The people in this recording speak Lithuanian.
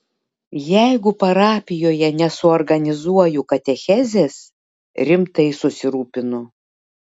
jeigu parapijoje nesuorganizuoju katechezės rimtai susirūpinu